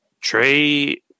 Trey